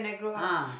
ah